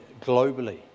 globally